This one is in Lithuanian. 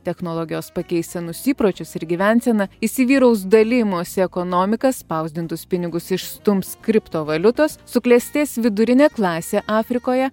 technologijos pakeis senus įpročius ir gyvenseną įsivyraus dalijimosi ekonomika spausdintus pinigus išstums kriptovaliutos suklestės vidurinė klasė afrikoje